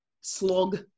slog